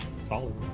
Solid